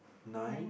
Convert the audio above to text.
nine